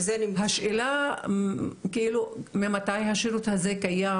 השאלה ממתי השירות הזה קיים?